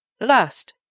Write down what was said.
Last